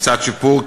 לצד שיפור,